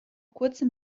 kurzem